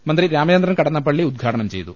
മന്ത്രി രാമചന്ദ്രൻ കടന്നപ്പള്ളി ഉദ്ഘാടനം ചെയ്തു